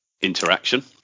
interaction